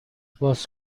باز